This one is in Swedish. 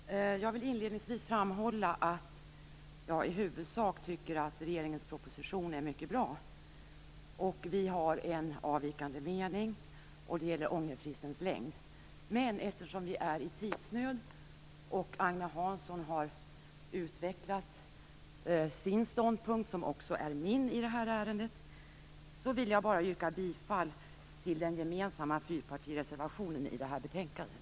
Fru talman! Jag vill inledningsvis framhålla att jag i huvudsak tycker att regeringens proposition är mycket bra. Vänsterpartiet har en avvikande mening som gäller ångerfristens längd. Eftersom kammaren är i tidsnöd och eftersom Agne Hansson har utvecklat sin ståndpunkt, som också är min i det här ärendet, vill jag bara yrka bifall till den gemensamma fyrpartireservationen i betänkandet.